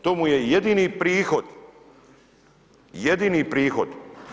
To mu je jedini prihod, jedini prihod.